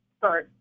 Sorry